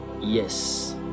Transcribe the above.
Yes